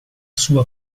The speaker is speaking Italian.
sua